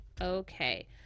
Okay